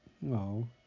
No